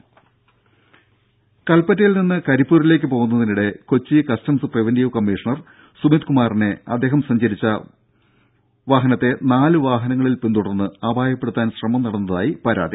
ദ്ദേ കൽപ്പറ്റയിൽ നിന്ന് കരിപ്പൂരിലേക്ക് പോകുന്നതിനിടെ Kochi customs preventive commissioner Sumeet കുമാറിനെ അദ്ദേഹം സഞ്ചരിച്ച വാഹനത്തെ നാല് വാഹനങ്ങളിൽ പിന്തുടർന്ന് അപായപ്പെടുത്താൻ ശ്രമം നടന്നതായി പരാതി